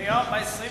ב-25